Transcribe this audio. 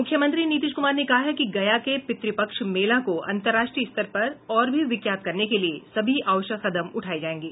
मुख्यमंत्री नीतीश कुमार ने कहा है कि गया के पितृपक्ष मेला को अंतर्राष्ट्रीय स्तर पर और भी विख्यात करने के लिए सभी आवश्यक कदम उठाए जाएंगे